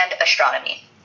astronomy